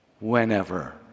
whenever